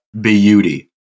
beauty